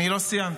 אני לא סיימתי.